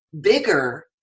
bigger